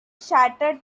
shattered